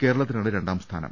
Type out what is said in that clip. കേരളത്തിനാണ് രണ്ടാംസ്ഥാനം